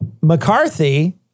McCarthy